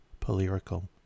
Polyrical